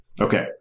Okay